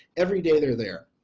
every day they're there.